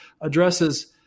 addresses